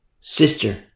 sister